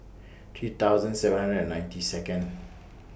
three thousand seven hundred and ninety Second